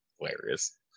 hilarious